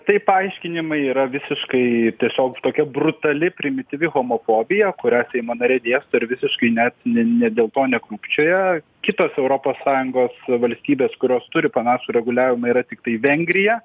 tai paaiškinimai yra visiškai tiesiog tokia brutali primityvi homofobija kurią seimo nariai dėsto ir visiškai net ne dėl to nekrūpčioja kitos europos sąjungos valstybės kurios turi panašų reguliavimą yra tiktai vengrija